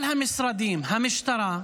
כל המשרדים, המשטרה,